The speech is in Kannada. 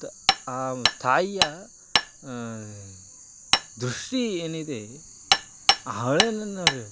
ತ ಆ ತಾಯಿಯ ದೃಷ್ಟಿ ಏನಿದೆ ಆ ಅಳಲನ್